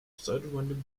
pseudorandom